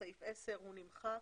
הסעיף נמחק.